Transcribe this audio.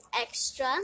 extra